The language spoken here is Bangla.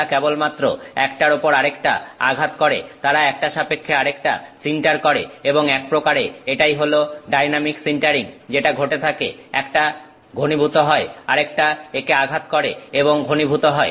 তারা কেবলমাত্র একটার উপর আরেকটা আঘাত করে তারা একটা সাপেক্ষে আরেকটা সিন্টার করে এবং একপ্রকারে এটাই হলো ডাইনামিক সিন্টারিং যেটা ঘটে থাকে একটা ঘনীভূত হয় আরেকটাও একে আঘাত করে এবং ঘনীভূত হয়